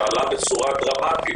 שעלה בצורה דרמטית